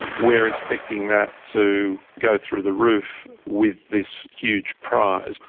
we're expecting that to go through the roof with this huge prize.